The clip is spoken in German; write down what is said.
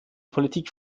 politik